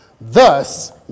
thus